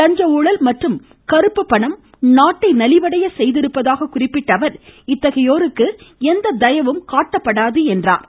லஞ்ச ஊழல் மற்றும் கறுப்பு பணம் நாட்டை நலிவடைய செய்திருப்பதாக குறிப்பிட்ட அவர் இத்தகையோருக்கு எந்த தயவும் காட்டப்படாது என்றார்